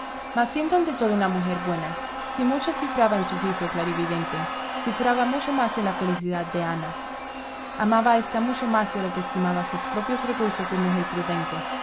todo una mujer buena si mucho cifraba en su juicio clarividente cifraba mucho más en la felicidad de ana amaba a ésta mucho más de lo que estimaba sus propios recursos de mujer prudente